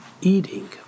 eating